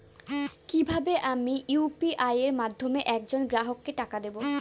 কিভাবে আমি ইউ.পি.আই এর মাধ্যমে এক জন গ্রাহককে টাকা দেবো?